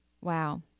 Wow